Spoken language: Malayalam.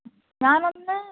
ഞാനൊന്ന്